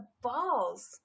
balls